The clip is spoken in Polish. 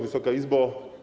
Wysoka Izbo!